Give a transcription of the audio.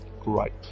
Great